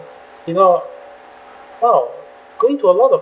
you know !wow! going to a lot of